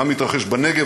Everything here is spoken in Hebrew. מה מתרחש בנגב,